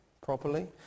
properly